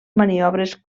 maniobres